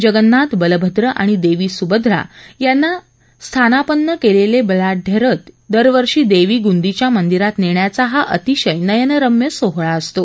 जगन्नाथ बलभद्र आणि देवी सुभद्रा यांना स्थानापन्न केलेले बलाढय रथ दरवर्षी देवी गुंदिचा मंदिरात नेण्याचा हा अतिशय नयनरम्य सोहळा असतो